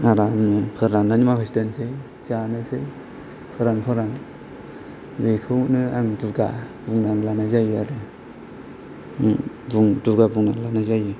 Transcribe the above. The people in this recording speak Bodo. आरामनो फोराननानै माखासे दोननोसै जानोसै फोरान फोरान बेखौनो आं दुगा बुंनानै लानाय जायो आरो दुगा बुंनानै लानाय जायो